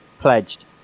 pledged